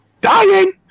dying